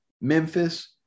Memphis –